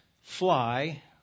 fly